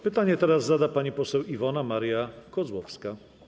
Pytanie zada pani poseł Iwona Maria Kozłowska.